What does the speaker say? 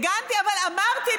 הגנתי, אבל אמרתי.